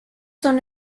son